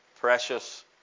Precious